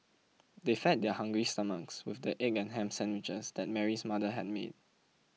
they fed their hungry stomachs with the egg and ham sandwiches that Mary's mother had made